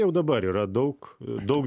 jau dabar yra daug daug